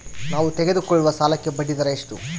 ನಾವು ತೆಗೆದುಕೊಳ್ಳುವ ಸಾಲಕ್ಕೆ ಬಡ್ಡಿದರ ಎಷ್ಟು?